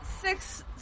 six